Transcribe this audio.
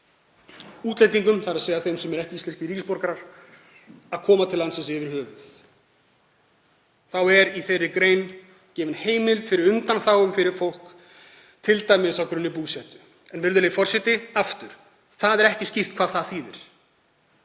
útlendingum, þ.e. þeim sem eru ekki íslenskir ríkisborgarar, um að koma til landsins yfir höfuð. Þá er í þeirri grein gefin heimild fyrir undanþágum fyrir fólk, t.d. á grunni búsetu. Virðulegi forseti. Aftur: Það er ekki skýrt hvað það þýðir.